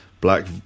black